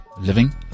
living